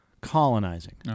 colonizing